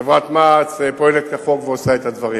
חברת מע"צ פועלת כחוק ועושה את הדברים.